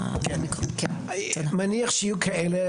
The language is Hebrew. נגיד שיצאנו לדרך,